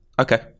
okay